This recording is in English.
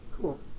Cool